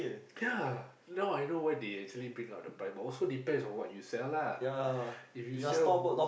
ya now I know why they actually bring up the price but also depends on what you sell lah if you sell